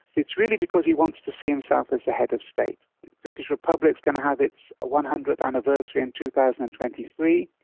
it's really because he wants to see himself as the head of state. the turkish republic is going to have its one hundredth anniversary in two thousand and twenty three.